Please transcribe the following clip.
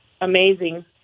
amazing